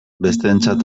besteentzat